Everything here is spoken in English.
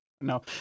No